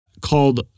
called